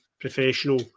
professional